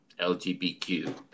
LGBTQ